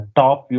top